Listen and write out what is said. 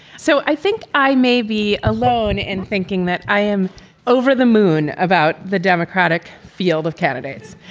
so i think i may be alone in thinking that i am over the moon about the democratic field of candidates.